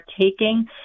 taking